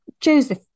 Joseph